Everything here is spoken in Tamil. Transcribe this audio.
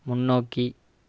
முன்னோக்கி